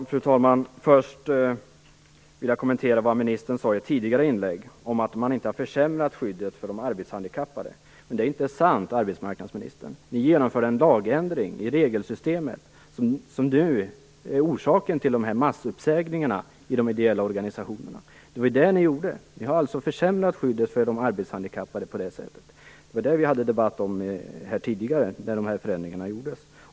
Fru talman! Först vill jag kommentera vad ministern sade i ett tidigare inlägg om att man inte har försämrat skyddet för de arbetshandikappade. Det är inte sant, arbetsmarknadsministern. Ni genomförde en lagändring i regelsystemet som nu är orsaken till dessa massuppsägningar i de ideella organisationerna. Det var det ni gjorde. Ni har alltså försämrat skyddet för de arbetshandikappade på det sättet. Det var det vi förde en debatt om här tidigare när dessa förändringar gjordes.